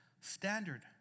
standard